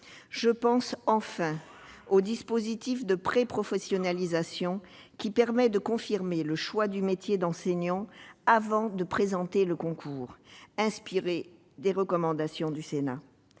Je pense enfin au dispositif de préprofessionnalisation, qui permet de confirmer le choix du métier d'enseignant avant de présenter le concours. Il s'inspire, lui aussi, des recommandations du Sénat.